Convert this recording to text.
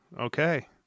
Okay